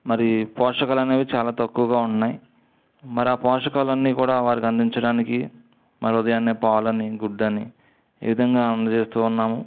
మరి పోషకాలనేవి చాలా తక్కువగా ఉన్నాయి మరి ఆ పోషకాలన్నీ కూడా వారికి అందించడానికి మరి ఉదయాన్నే పాలని గుడ్డని ఈ విధంగా అందజేస్తూ ఉన్నాము